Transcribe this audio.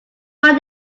find